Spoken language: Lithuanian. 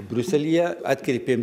briuselyje atkreipėm